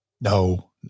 No